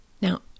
Now